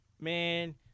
Man